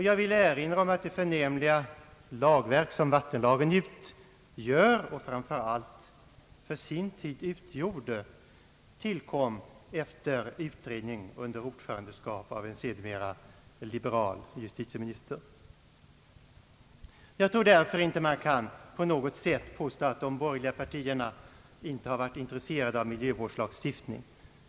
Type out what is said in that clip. Jag vill erinra om att det förnämliga lagverk som vattenlagen utgör och framför allt på sin tid utgjorde tillkom efter utredning under ordförandeskap av en sedermera liberal justitieminister. Jag anser därför inte att det på något sätt kan påstås att de borgerliga partierna inte varit intresserade av miljövårdslagstiftning.